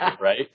right